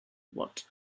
what